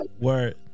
word